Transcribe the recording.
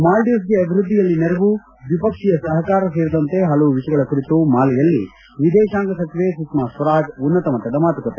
ಮಾಲ್ದೀವ್ಸೆಗೆ ಅಭಿವೃದ್ದಿಯಲ್ಲಿ ನೆರವು ದ್ವಿಪಕ್ಷೀಯ ಸಹಕಾರ ಸೇರಿದಂತೆ ಹಲವು ವಿಷಯಗಳ ಕುರಿತು ಮಾಲೆಯಲ್ಲಿ ವಿದೇಶಾಂಗ ಸಚಿವೆ ಸುಷ್ನಾ ಸ್ವರಾಜ್ ಉನ್ನತ ಮಟ್ಟದ ಮಾತುಕತೆ